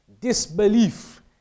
disbelief